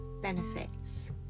benefits